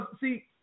see